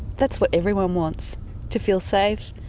that's what everyone wants to feel safe,